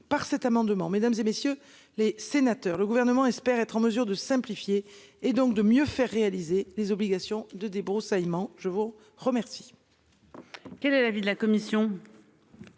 par cet amendement mesdames et messieurs les sénateurs. Le gouvernement espère être en mesure de simplifier et donc de mieux faire réaliser les obligations de débroussaillement je vous remercie.